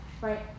right